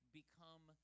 become